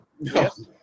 Yes